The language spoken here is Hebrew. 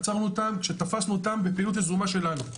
עצרנו אותם כשתפסנו אותם בפעילות יזומה שלנו.